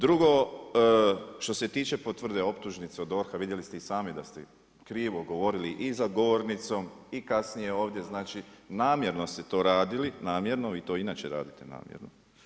Drugo, što se tiče potvrde optužnice od DORH-a, vidjeli ste i sami da ste krivo govorili i za govornicom i kasnije ovdje, znači namjerno ste to radili, namjerno, vi to inače radite namjerno.